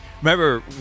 Remember